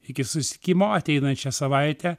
iki susitikimo ateinančią savaitę